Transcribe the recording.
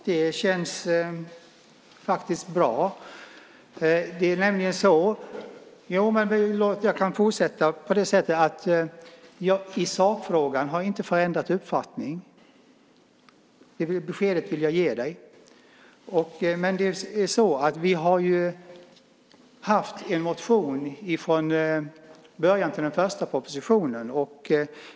Herr talman! Det känns faktiskt bra. I sakfrågan har jag inte ändrat uppfattning. Det beskedet vill jag ge dig. Vi har från början haft en motion till den första propositionen.